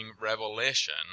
revelation